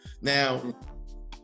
Now